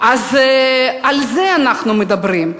על זה אנחנו מדברים.